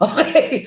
Okay